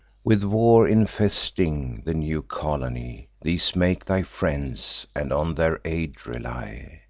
with war infesting the new colony. these make thy friends, and on their aid rely.